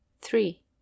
three